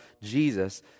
Jesus